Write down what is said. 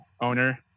owner